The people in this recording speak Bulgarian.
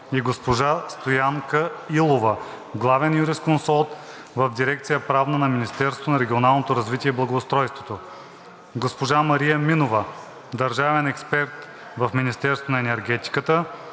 и госпожа Стоянка Илова – главен юрисконсулт в дирекция „Правна“ на Министерството на регионалното развитие и благоустройството; - госпожа Мария Минова – държавен експерт в Министерството на енергетиката;